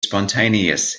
spontaneous